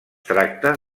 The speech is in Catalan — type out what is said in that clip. tracta